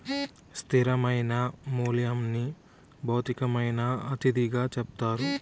స్థిరమైన మూల్యంని భౌతికమైన అతిథిగా చెప్తారు